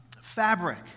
fabric